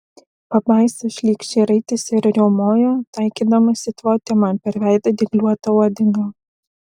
pabaisa šlykščiai raitėsi ir riaumojo taikydamasi tvoti man per veidą dygliuota uodega